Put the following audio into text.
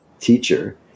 teacher